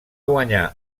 guanyar